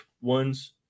ones